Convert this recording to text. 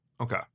Okay